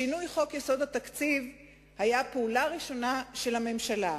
שינוי חוק-יסוד: תקציב המדינה היה הפעולה הראשונה של הממשלה,